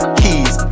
keys